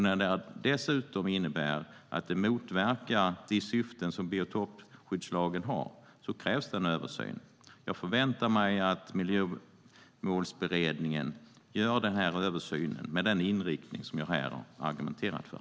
När de dessutom motverkar de syften som biotopskyddslagen har krävs det en översyn. Jag förväntar mig att Miljömålsberedningen gör den översynen med den inriktning som jag här har argumenterat för.